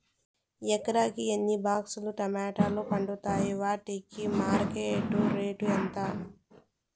ఎకరాకి ఎన్ని బాక్స్ లు టమోటాలు పండుతాయి వాటికి మార్కెట్లో రేటు ఎంత?